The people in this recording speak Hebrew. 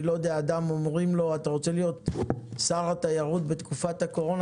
אומרים לאדם: אתה רוצה להיות שר התיירות בתקופת הקורונה?